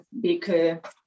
big